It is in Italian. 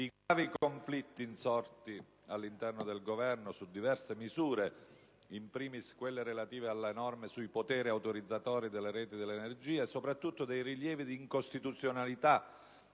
di gravi conflitti insorti all'interno del Governo su diverse misure, *in primis* quelle relative alle norme sui poteri autorizzatori delle reti dell'energia, e soprattutto dei rilievi di incostituzionalità,